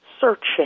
searching